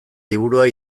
liburua